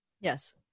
Yes